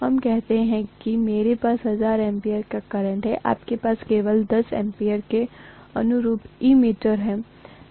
हम कहते हैं कि मेरे पास 1000 एम्पीयर का करंट है आपके पास केवल 10 एम्पीयर के अनुरूप एमीटर है